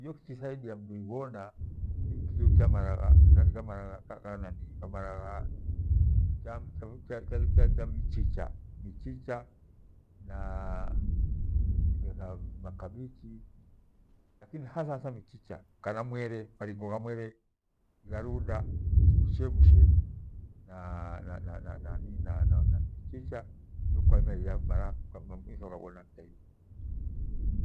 Fijo fichisaidia mndu ibhona ni mara ghaghe michicha, michicha na makabichi lakini hatha hatha michicha kana mwere marinjogha mwere igharunda uchemshe na na na mchicha mitho ghabhona thaidi.